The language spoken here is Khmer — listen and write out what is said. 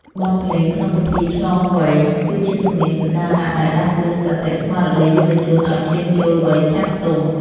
បទភ្លេងក្នុងពិធីឆ្លងវ័យ គឺជាសំនៀងសក្ការៈដែលដាស់តឿនសតិស្មារតីយុវជនឱ្យឈានចូលវ័យចាស់ទុំ។